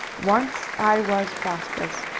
once i was prosperous,